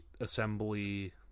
assembly